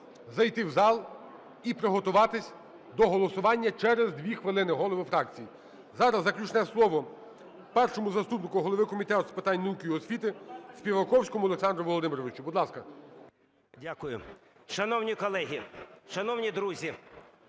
зайти в зал і приготуватись до голосування через дві хвилини, голови фракцій. Зараз заключне слово першому заступнику голови Комітету з питань науки і освіти Співаковському Олександру Володимировичу. Будь ласка. 16:51:35 СПІВАКОВСЬКИЙ О.В. Дякую. Шановні колеги! Шановні друзі!